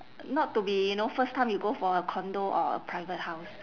not to be you know first time you go for a condo or a private house